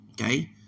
Okay